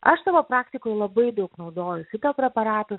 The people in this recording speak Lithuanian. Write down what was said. aš savo praktikoj labai daug naudoju fitopreparatų